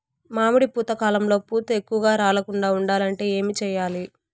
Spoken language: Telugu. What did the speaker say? మామిడి పూత కాలంలో పూత ఎక్కువగా రాలకుండా ఉండాలంటే ఏమి చెయ్యాలి?